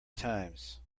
times